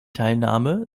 teilnahme